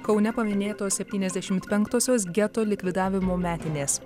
kaune paminėtos septyniasdešimt penktosios geto likvidavimo metinės